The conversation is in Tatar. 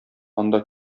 анда